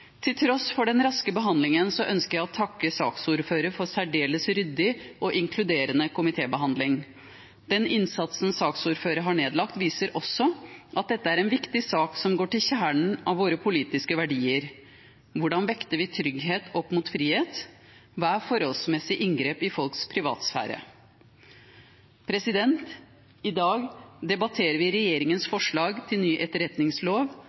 Til tross for den raske behandlingen ønsker jeg å takke saksordføreren for særdeles ryddig og inkluderende komitébehandling. Den innsatsen saksordføreren har nedlagt, viser også at dette er en viktig sak som går til kjernen av våre politiske verdier: Hvordan vekter vi trygghet opp mot frihet? Hva er et forholdsmessig inngrep i folks privatsfære? I dag debatterer vi regjeringens forslag til ny etterretningslov.